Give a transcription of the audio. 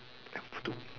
temple two